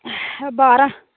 बारहां